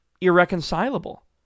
irreconcilable